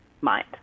mind